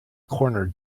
corner